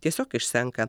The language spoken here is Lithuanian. tiesiog išsenka